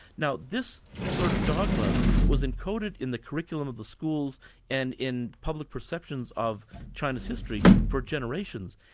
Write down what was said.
now this sort of dogma was encoded in the curriculum of the schools and in public perceptions of china's history for generations.